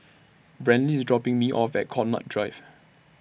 Brantley IS dropping Me off At Connaught Drive